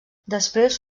després